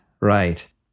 Right